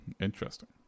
Interesting